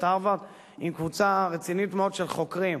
הרווארד עם קבוצה רצינית מאוד של חוקרים.